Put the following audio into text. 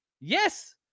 Yes